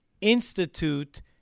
institute